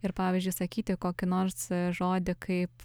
ir pavyzdžiui sakyti kokį nors žodį kaip